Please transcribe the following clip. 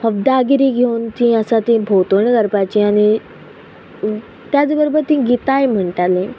हब्दागिरी घेवन ती आसा ती भोंवतणी करपाची आनी त्याच बरोबर ती गितांय म्हणटाली